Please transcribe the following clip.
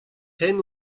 hent